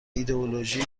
ایدئولوژی